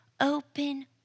open